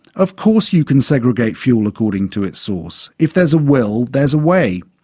of course you can segregate fuel according to its source. if there's a will there's a way.